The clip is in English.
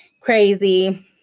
crazy